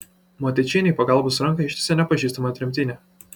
motiečienei pagalbos ranką ištiesė nepažįstama tremtinė